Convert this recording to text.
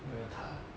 没有他